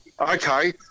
okay